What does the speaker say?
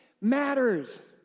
matters